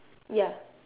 ya